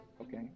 Okay